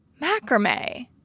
macrame